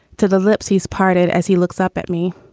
to the lips he's parted as he looks up at me.